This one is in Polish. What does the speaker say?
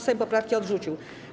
Sejm poprawki odrzucił.